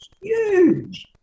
huge